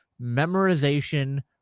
memorization